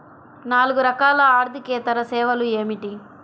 నాలుగు రకాల ఆర్థికేతర సేవలు ఏమిటీ?